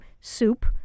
soup